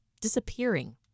disappearing